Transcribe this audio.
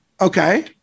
okay